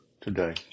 today